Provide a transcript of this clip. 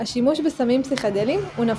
השימוש בסמים פסיכדליים הוא נפוץ.